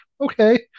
Okay